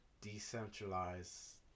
decentralized